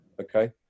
Okay